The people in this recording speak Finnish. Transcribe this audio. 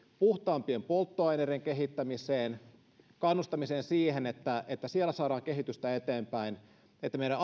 puhtaampien polttoaineiden kehittämiseen siihen kannustamiseen että siellä saadaan kehitystä eteenpäin jotta meidän